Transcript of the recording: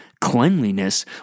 cleanliness